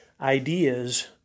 ideas